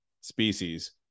species